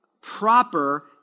proper